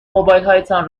موبایلهایتان